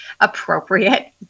appropriate